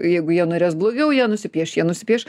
jeigu jie norės blogiau ją nusipiešt jie nusipieš